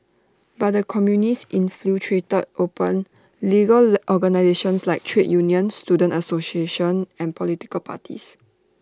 but the communists infiltrated open legal organisations like trade unions student associations and political parties